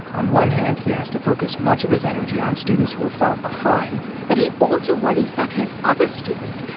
on one hand, he has to focus much of his energy on students who are far behind but he also worries that his other students,